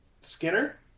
Skinner